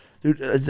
Dude